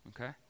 okay